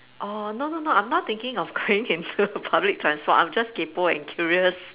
orh no no no I am not thinking of going into public transport I am just kaypoh and curious